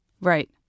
Right